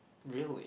really